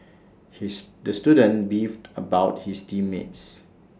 his the student beefed about his team mates